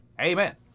Amen